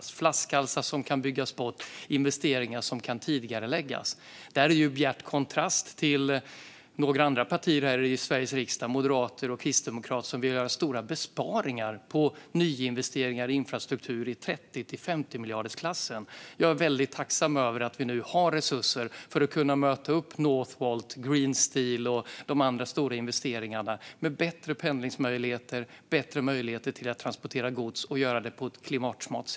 Det kan gälla flaskhalsar som kan byggas bort och investeringar som kan tidigareläggas, detta i bjärt kontrast till andra partier här i Sveriges riksdag - moderater och kristdemokrater - som vill göra stora besparingar i 30-50-miljardersklassen på nyinvesteringar i infrastruktur. Jag är väldigt tacksam över att vi nu har resurser för att på ett klimatsmart sätt kunna möta upp Northvolt, H2 Green Steel och de andra stora investeringarna med bättre pendlingsmöjligheter och bättre möjligheter till att transportera gods.